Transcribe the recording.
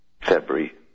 February